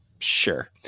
Sure